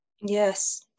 Yes